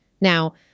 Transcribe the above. Now